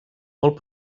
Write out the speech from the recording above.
molt